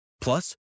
Plus